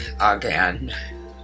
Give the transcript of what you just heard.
again